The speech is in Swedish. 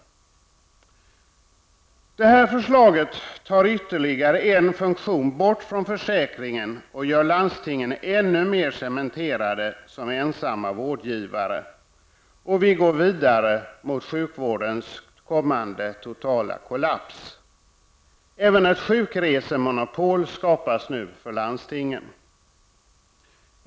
Det här förslaget tar bort ytterligare en funktion från försäkringen och gör landstingen ännu mer cementerade som ensamma vårdgivare, och vi går vidare mot sjukvårdens kommande totala kollaps. Även ett sjukresemonopol skapas nu för landstingen.